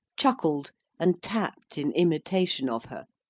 chuckled and tapped in imitation of her,